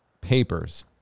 papers